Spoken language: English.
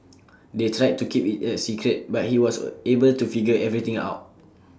they tried to keep IT A secret but he was A able to figure everything out